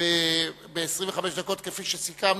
ב-25 דקות, כפי שסיכמנו,